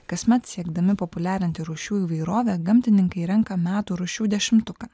kasmet siekdami populiarinti rūšių įvairovę gamtininkai renka metų rūšių dešimtuką